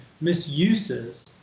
misuses